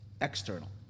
external